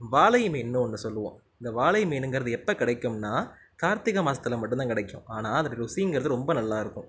வாலை மீன் ஒன்று சொல்லுவோம் இந்த வாலை மீனுங்கிறது எப்போ கிடைக்கும்னா கார்த்திகை மாசத்தில் மட்டும் தான் கிடைக்கும் ஆனால் அதோடய ருசிங்கிறது ரொம்ப நல்லாயிருக்கும்